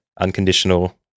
unconditional